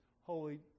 holy